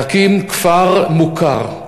להקים כפר מוכר.